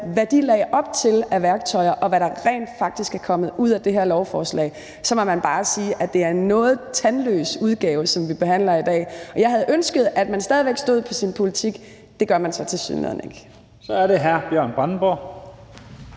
hvad de lagde op til af værktøjer, og hvad der rent faktisk er kommet ud af det her lovforslag, så må man bare sige, at det er en noget tandløs udgave, som vi behandler i dag. Jeg havde ønsket, at man stadig væk stod på sin politik. Det gør man så tilsyneladende ikke. Kl. 16:32 Første